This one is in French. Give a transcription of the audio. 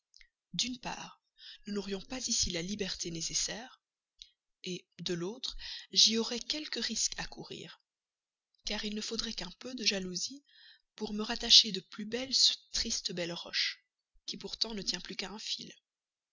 d'une part nous n'aurions pas ici la liberté nécessaire et de l'autre j'y aurais quelque risque à courir car il ne faudrait qu'un peu de jalousie pour m'attacher de plus belle ce triste belleroche qui pourtant ne tient plus qu'à un fil